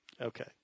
Okay